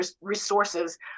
resources